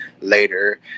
later